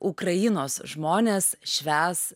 ukrainos žmonės švęs